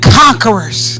conquerors